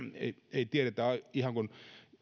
ei tiedetä vaikka